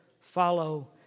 follow